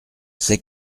sait